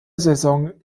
saison